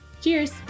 Cheers